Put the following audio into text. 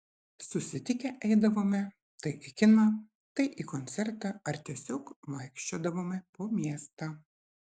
susitikę eidavome tai į kiną tai į koncertą ar tiesiog vaikščiodavome po miestą